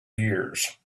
years